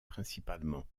principalement